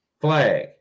Flag